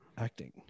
acting